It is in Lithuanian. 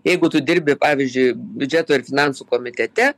jeigu tu dirbi pavyzdžiui biudžeto ir finansų komitete